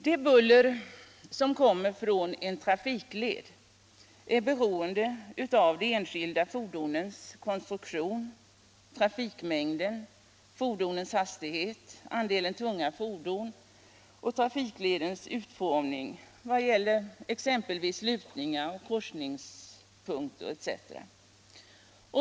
Det buller som kommer från en trafikled är beroende av de enskilda fordonens konstruktion, trafikmängden, fordonens hastighet, andelen tunga fordon och trafikledens utformningar vad gäller exempelvis lutningar och korsningspunkter.